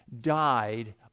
died